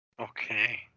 Okay